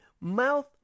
mouth